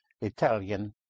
Italian